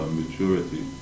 maturity